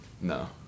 No